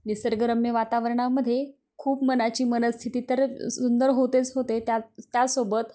निसर्गरम्य वातावरणामध्ये खूप मनाची मनस्थिती तर सुंदर होतेच होते त्या त्यासोबत